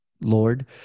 Lord